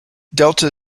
delta